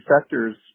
sectors